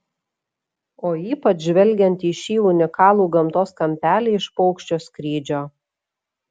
o ypač žvelgiant į šį unikalų gamtos kampelį iš paukščio skrydžio